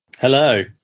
Hello